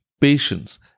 patience